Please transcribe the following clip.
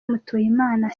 mutuyimana